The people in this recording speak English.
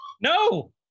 no